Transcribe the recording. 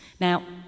Now